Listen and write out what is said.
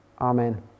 Amen